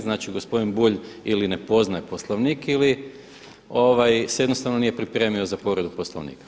Znači gospodin Bulj ili ne poznaje Poslovnik ili se jednostavno nije pripremio za povredu Poslovnika.